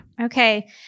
Okay